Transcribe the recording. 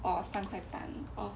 or 三块半